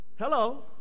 Hello